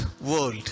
world